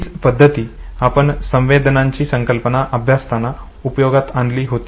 हीच पद्धती आपण संवेदनांची संकल्पना अभ्यासताना उपयोगात आणली होती